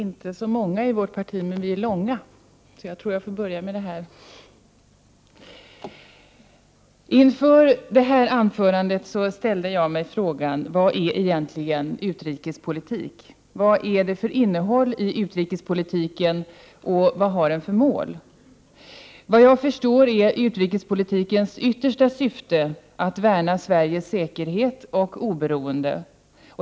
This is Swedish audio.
Herr talman! Inför det här anförandet ställde jag mig frågan: Vad är egentligen utrikespolitik? Vad är det för innehåll i utrikespolitiken, och vad har den för mål? I föregående års utrikesdeklaration hittade jag ett svar. Där uttryckte Sten Andersson så här: ”Det yttersta syftet med vår utrikespolitik är att värna Sveriges säkerhet och oberoende.